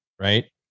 right